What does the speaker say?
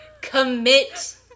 Commit